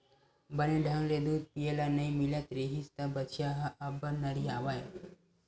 बने ढंग ले दूद पिए ल नइ मिलत रिहिस त बछिया ह अब्बड़ नरियावय